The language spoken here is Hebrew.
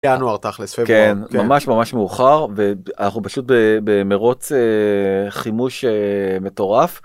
ינואר תכלס כן ממש ממש מאוחר ואנחנו פשוט במרוץ חימוש מטורף.